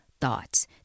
thoughts